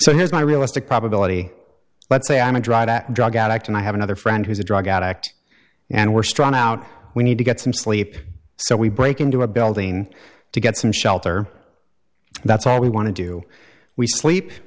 so here's my realistic probability let's say i'm a dried out drug addict and i have another friend who's a drug addict and were strung out we need to get some sleep so we break into a building to get some shelter that's all we want to do we sleep